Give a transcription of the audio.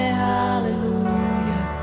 hallelujah